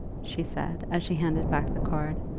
she said, as she handed back the card,